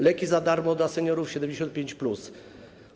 Leki za darmo dla seniorów 75+.